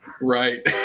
Right